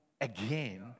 again